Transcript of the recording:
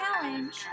challenge